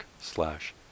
slash